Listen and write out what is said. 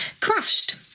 crashed